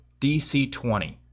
DC20